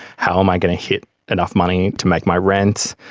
how am i gonna hit enough money to make my rent?